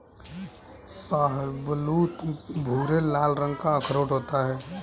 शाहबलूत भूरे लाल रंग का अखरोट होता है